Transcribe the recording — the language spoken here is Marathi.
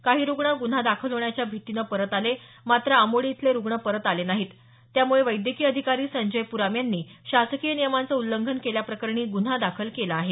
काही रुग्ण गुन्हा दाखल होण्याच्या भीतीनं परत आले मात्र आमोडी इथले रुग्ण परत आले नाहीत त्यामुळे वैद्यकीय अधिकारी संजय पुराम यांनी शासकीय नियमांचं उल्लंघन केल्याप्रकरणी गुन्हा दाखल केला आहे